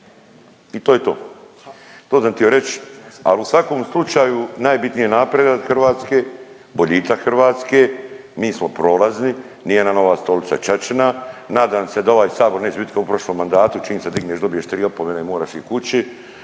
i to je to. To sam htio reć al u svakom slučaju najbitniji je napredak Hrvatske, boljitak Hrvatske, mi smo prolazni, nije nam ova stolica ćaćina, nadam se da ovaj sabor neće bit kao u prošlom mandatu čim se digneš dobiješ tri opomene, moraš ić kući.